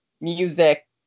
music